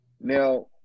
Now